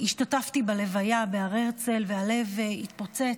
השתתפתי בלוויה בהר הרצל והלב התפוצץ,